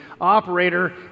operator